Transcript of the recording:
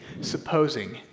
supposing